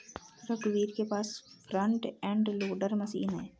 रघुवीर के पास फ्रंट एंड लोडर मशीन है